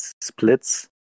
splits